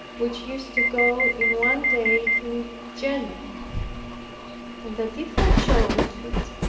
which used to go in one day to genoa and that if i chose it,